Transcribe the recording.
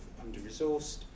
under-resourced